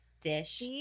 dish